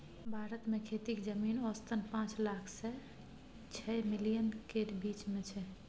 भारत मे खेतीक जमीन औसतन पाँच लाख सँ छअ मिलियन केर बीच मे छै